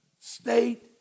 state